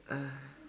uh